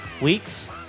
weeks